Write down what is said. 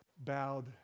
bowed